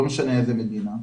לא משנה מאיזו מדינה.